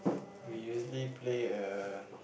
we usually play uh